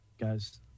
guys